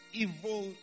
evil